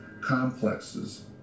complexes